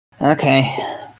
Okay